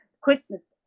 Christmas